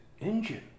engine